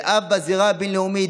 ואף בזירה הבין-לאומית,